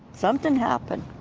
something happened.